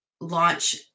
launch